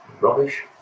rubbish